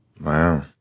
Wow